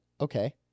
okay